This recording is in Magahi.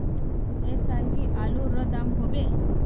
ऐ साल की आलूर र दाम होबे?